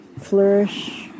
flourish